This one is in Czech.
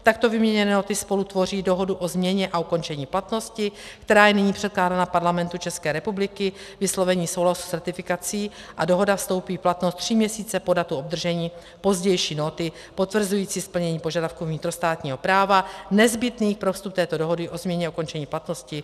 Takto vyměněné nóty spolu tvoří dohodu o změně a ukončení platnosti, která je nyní předkládána Parlamentu České republiky k vyslovení souhlasu s ratifikací, a dohoda vstoupí v platnost tři měsíce po datu obdržení pozdější nóty potvrzující splnění požadavků vnitrostátního práva nezbytných pro vstup této dohody o změně a ukončení platnosti.